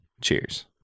Cheers